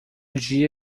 dia